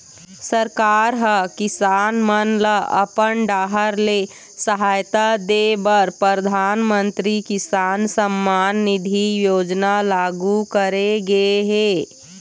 सरकार ह किसान मन ल अपन डाहर ले सहायता दे बर परधानमंतरी किसान सम्मान निधि योजना लागू करे गे हे